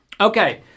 okay